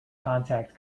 contact